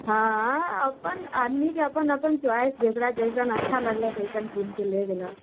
हँ अपन आदमीकेँ अपन अपन चोइस जेकरा जेहन अच्छा लगलक ओइसन कीनके ले गेलक